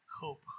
hope